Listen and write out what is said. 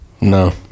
No